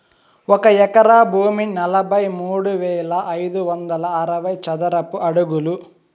ఒక ఎకరా భూమి నలభై మూడు వేల ఐదు వందల అరవై చదరపు అడుగులు